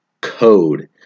code